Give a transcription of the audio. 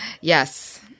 Yes